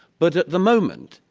but at the moment,